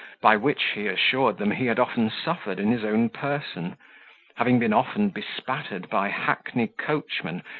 by which, he assured them, he had often suffered in his own person having been often bespattered by hackney-coachmen,